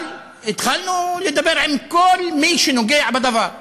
אבל התחלנו לדבר עם כל מי שנוגע בדבר,